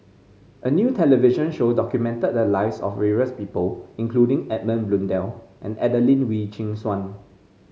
a new television show documented the lives of various people including Edmund Blundell and Adelene Wee Chin Suan